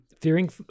Fearing